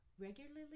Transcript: Regularly